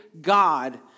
God